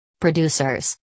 Producers